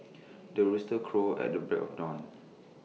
the rooster crows at the break of dawn